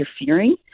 interfering